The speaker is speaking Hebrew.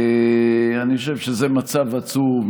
אני חושב שזה מצב עצוב,